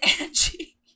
angie